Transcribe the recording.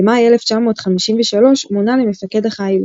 במאי 1953 מונה למפקד החיל.